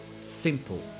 simple